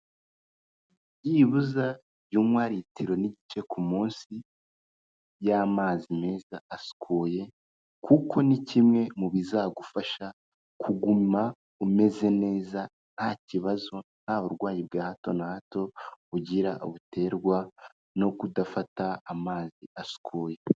Byibuza jya unywa litiro n'igice ku munsi y'amazi meza asukuye kuko ni kimwe mu bizagufasha kuguma umeze neza, nta kibazo, nta burwayi bwa hato na hato ugira, buterwa no kudafata amazi asukuye.